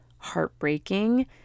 heartbreaking